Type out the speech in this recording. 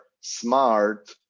smart